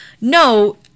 no